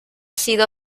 sido